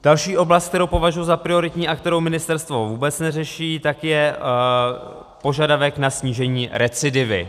Další oblast, kterou považuji za prioritní a kterou ministerstvo vůbec neřeší, je požadavek na snížení recidivy.